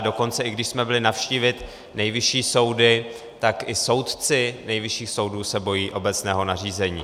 Dokonce i když jsme byli navštívit nejvyšší soudy, tak i soudci nejvyšších soudů se bojí obecného nařízení.